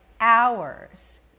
hours